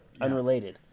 Unrelated